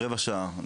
רבע שעה.